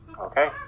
Okay